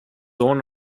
own